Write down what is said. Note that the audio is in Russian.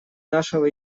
нашего